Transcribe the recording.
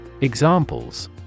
Examples